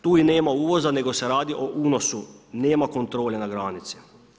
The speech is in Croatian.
Tu i nema uvoza nego se radi o unosu, nema kontrole na granici.